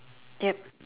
yup